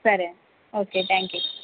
సరే అండి okay thank you